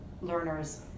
learners